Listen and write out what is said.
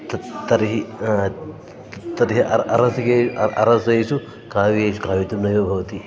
तत् तर्हि तर्हि अर अरसिके अरसेषु काव्येषु काव्यं तु नैव भवति